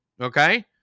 Okay